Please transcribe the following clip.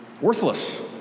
Worthless